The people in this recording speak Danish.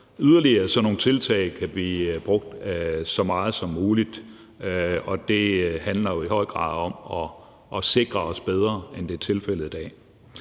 yderligere, så nogle af de tiltag kan blive brugt så meget som muligt. Det handler jo i høj grad om at sikre os bedre, end det er tilfældet i dag.